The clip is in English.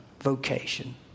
vocation